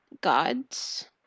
gods